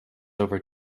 over